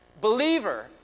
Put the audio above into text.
Believer